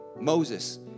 Moses